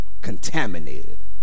contaminated